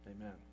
Amen